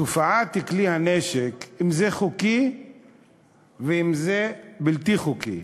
תופעת כלי הנשק, אם זה חוקי ואם זה בלתי חוקי,